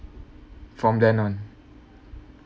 from then on